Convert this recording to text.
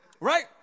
Right